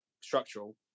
structural